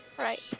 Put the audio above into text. Right